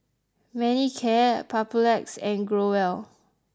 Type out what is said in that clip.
Manicare Papulex and Growell